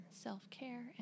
self-care